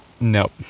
Nope